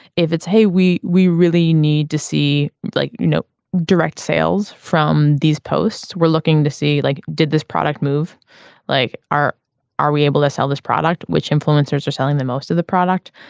if it's hey we we really need to see you like know direct sales from these posts we're looking to see like did this product move like are are we able to sell this product which influencers are selling the most of the product.